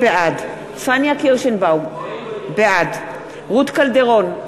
בעד פניה קירשנבאום, בעד רות קלדרון,